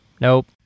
Nope